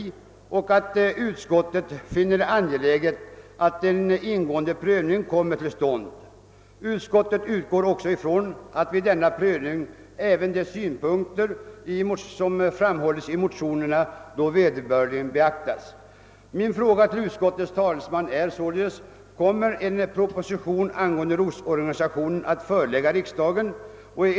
I utlåtandet heter det vidare: »Utskottet finner det angeläget att en ingående sådan prövning kommer till stånd och anser sig kunna utgå från att därvid även synpunkter av det slag mo Jag vill med anledning härav ställa följande fråga till utskottets talesman: Kommer en proposition angående lotsorganisationen att föreläggas riksdagen?